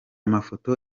mafoto